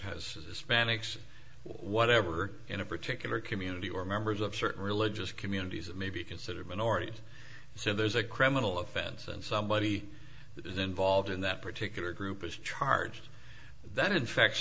a span ics whatever in a particular community or members of certain religious communities it may be considered minorities so there's a criminal offense and somebody is involved in that particular group is charged that infects